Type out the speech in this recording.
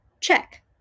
check